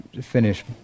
finish